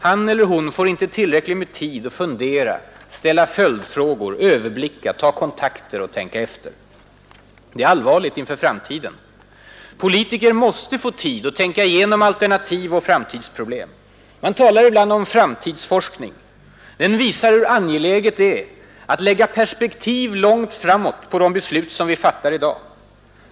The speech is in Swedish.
Han eller hon får inte tillräckligt med tid att fundera, ställa följdfrågor, överblicka, ta kontakter och tänka efter. Det är allvarligt inför framtiden. Politiker måste få tid att tänka igenom alternativ och framtidsproblem. Man talar ibland om framtidsforskning. Den visar hur angeläget det är att lägga perspektiv långt framåt på de beslut som vi fattar i dag.